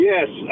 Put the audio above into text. Yes